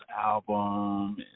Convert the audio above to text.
album